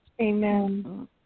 Amen